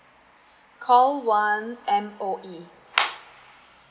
call one M_O_E